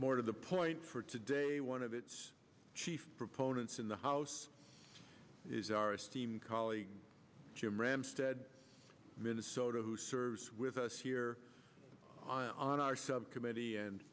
more to the point for today one of its chief proponents in the house is our esteemed colleague jim ramstad minnesota who serves with us here on our subcommittee and